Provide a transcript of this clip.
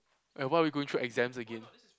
eh why are we going through exams again